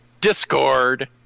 Discord